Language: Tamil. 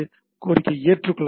கோரிக்கை ஏற்றுக்கொள்ளப்பட்டது